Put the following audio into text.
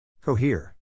Cohere